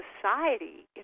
society